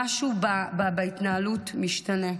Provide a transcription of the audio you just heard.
משהו בהתנהלות, משתנה.